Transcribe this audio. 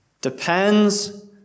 depends